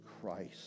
Christ